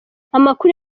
amakuru